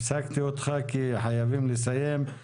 הפסקתי אותך כי אנחנו חייבים לסיים את הדיון.